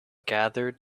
gathered